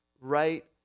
right